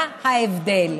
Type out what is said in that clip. מה ההבדל?